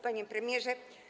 Panie Premierze!